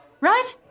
Right